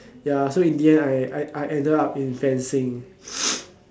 ya so in the end I I I ended up in fencing